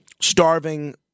starving